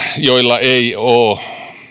joilla ei ole